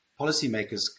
policymakers